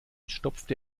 stopfte